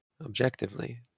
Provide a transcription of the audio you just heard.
objectively